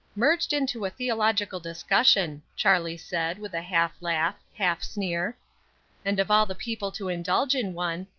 merged into a theological discussion, charlie said, with a half laugh, half sneer and of all the people to indulge in one,